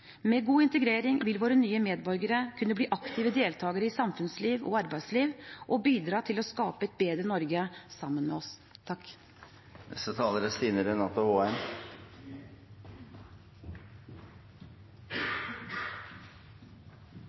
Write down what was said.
Med god integrering vil våre nye medborgere kunne bli aktive deltakere i samfunnsliv og arbeidsliv og bidra til å skape et bedre Norge sammen med oss.